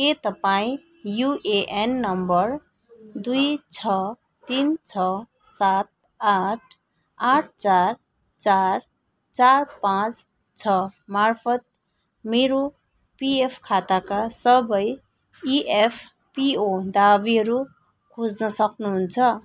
के तपाईँ UAN number दुई छ तिन छ सात आठ आठ चार चार चार पाँच छमार्फत् मेरो पिएफ खाताका सबै इएफपिओ दावीहरू खोज्न सक्नुहुन्छ